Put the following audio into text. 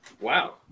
Wow